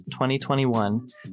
2021